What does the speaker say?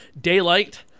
Daylight